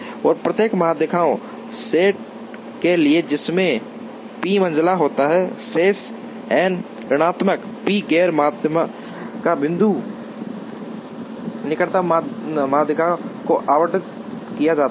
और प्रत्येक माध्यिका सेट के लिए जिसमें p मंझला होता है शेष n ऋणात्मक p गैर माध्यिका बिंदु निकटतम माध्यिका को आवंटित किया जाता है